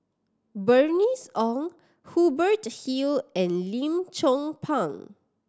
Bernice Ong Hubert Hill and Lim Chong Pang